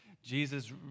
Jesus